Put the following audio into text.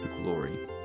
glory